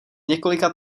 několika